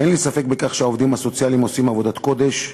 אין לי ספק שהעובדים הסוציאליים עושים עבודת קודש,